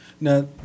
Now